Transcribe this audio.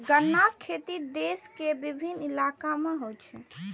गन्नाक खेती देश के विभिन्न इलाका मे होइ छै